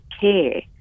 care